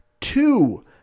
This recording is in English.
two